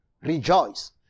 rejoice